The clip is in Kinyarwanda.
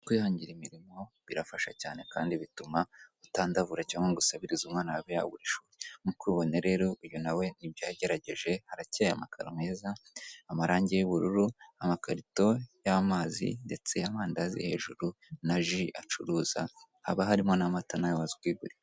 Iri iduka ricururizwamo ibintu bigiye bitandukanye harimo ibitenge abagore bambara bikabafasha kwirinda kugaragaza ubwambure bwabo.